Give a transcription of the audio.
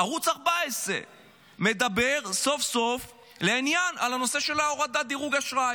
שערוץ 14 מדבר סוף-סוף לעניין על הנושא של הורדת דירוג האשראי.